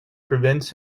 prevents